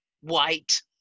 white